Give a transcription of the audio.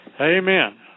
Amen